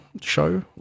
show